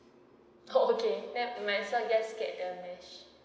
oh oh oh okay then never mind so I'll just get the mesh